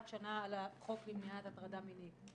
21 שנה על החוק למניעת הטרדה מינית.